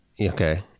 Okay